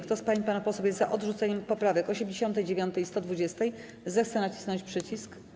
Kto z pań i panów posłów jest za odrzuceniem poprawek 89. i 120., zechce nacisnąć przycisk.